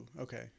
Okay